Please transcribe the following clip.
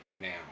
now